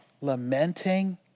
lamenting